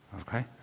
okay